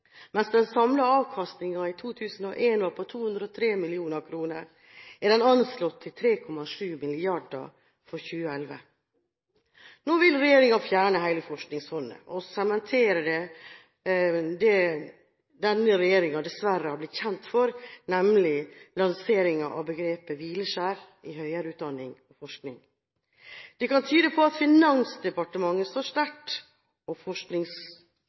Mens den samlede avkastningen i 2001 var på 203 mill. kr, er den anslått til 3,7 mrd. kr for 2011. Nå vil regjeringen fjerne hele Forskningsfondet og sementerer med det det denne regjeringen dessverre har blitt kjent for, nemlig lanseringen av begrepet «hvileskjær» i høyere utdanning og forskning. Det kan tyde på at Finansdepartementet står sterkt og